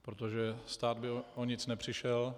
Protože stát by o nic nepřišel.